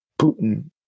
Putin